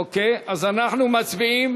אוקיי, אז אנחנו מצביעים